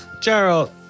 Gerald